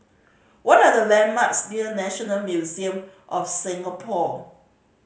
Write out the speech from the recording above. what are the landmarks near National Museum of Singapore